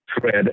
thread